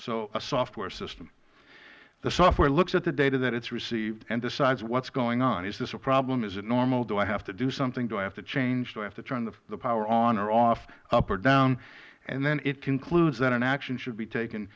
a software system the software looks at the data that it has received and decides what is going on is this a problem is it normal do i have to do something do i have to change do i have to turn the power on or off up or down and then it concludes that an action should be taken